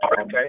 Okay